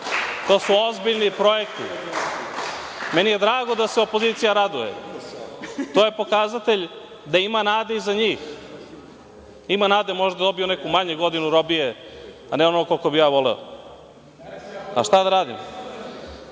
To su ozbiljni projekti. Meni je drago da se opozicija raduje. To je pokazatelj da ima nade i za njih, ima nade, možda dobiju neku manje godinu robije, a ne onoliko koliko bi ja voleo, a šta da